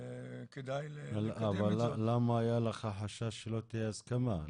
כדאי ל- -- אבל למה היה לך חשש שלא תהיה הסכמה?